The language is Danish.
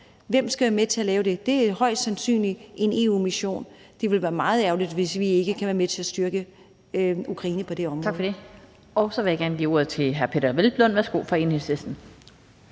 Hvem skal være med til at lave det? Det er højst sandsynligt en EU-mission. Det vil være meget ærgerligt, hvis vi ikke kan være med til at styrke Ukraine på det område. Kl. 16:49 Den fg. formand (Annette Lind): Tak for det. Så vil jeg gerne give ordet til hr. Peder Hvelplund fra Enhedslisten.